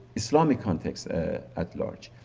islamic context at large.